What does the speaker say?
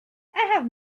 have